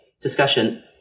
discussion